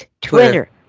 Twitter